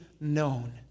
known